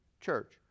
church